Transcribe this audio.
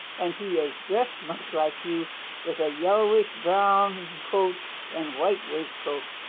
and he is dressed much like you with a yellowish-brown coat and white waistcoat.